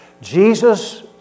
Jesus